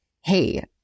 Hey